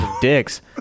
dicks